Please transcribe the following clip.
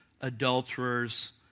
adulterers